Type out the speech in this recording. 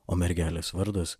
o mergelės vardas